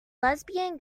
lesbian